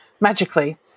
magically